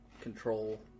control